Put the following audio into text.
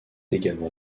également